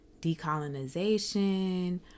decolonization